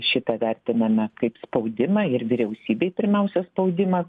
šitą vertiname kaip spaudimą ir vyriausybei pirmiausia spaudimą